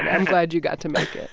i'm glad you got to make